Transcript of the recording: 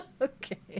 Okay